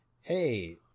Hey